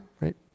right